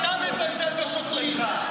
אתה מזלזל בשוטרים,